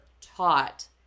taught